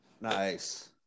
Nice